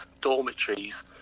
dormitories